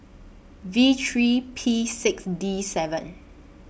V three P six D seven